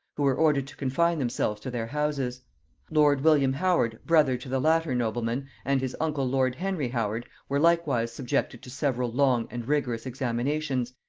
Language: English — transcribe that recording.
who were ordered to confine themselves to their houses lord william howard, brother to the latter nobleman, and his uncle lord henry howard, were likewise subjected to several long and rigorous examinations,